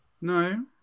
no